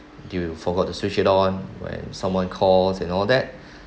you forgot to switch it on when someone calls and all that